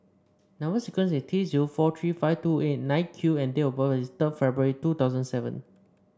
number sequence is T zero four three five two eight nine Q and date of birth is third February two thousand seven